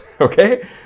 okay